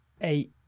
eight